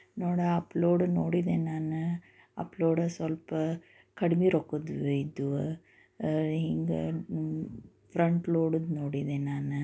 ನೋಡ ಅಪ್ಲೋಡು ನೋಡಿದೇನ ನಾನು ಅಪ್ಲೋಡ ಸ್ವಲ್ಪ ಕಡಿಮೆ ರೊಕ್ಕದ್ದು ಇದ್ವು ಹಿಂಗ ಫ್ರಂಟ್ ಲೋಡುದ್ ನೋಡಿದೆ ನಾನು